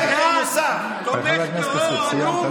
חבר הכנסת כסיף, סיימת.